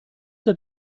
der